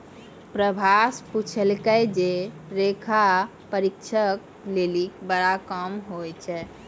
प्रभात पुछलकै जे लेखा परीक्षक लेली बड़ा काम कि होय छै?